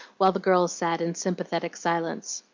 while the girls sat in sympathetic silence.